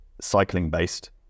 cycling-based